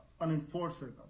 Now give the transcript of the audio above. unenforceable